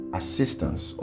assistance